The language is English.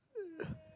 uh